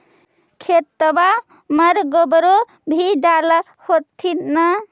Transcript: खेतबा मर गोबरो भी डाल होथिन न?